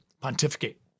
pontificate